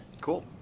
cool